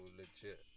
legit